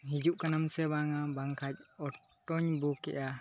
ᱦᱤᱡᱩᱜ ᱠᱟᱱᱟᱢ ᱥᱮ ᱵᱟᱝᱟ ᱵᱟᱝᱠᱷᱟᱡ ᱚᱴᱚᱧ ᱵᱩᱠᱮᱜᱼᱟ